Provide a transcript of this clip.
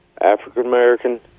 African-American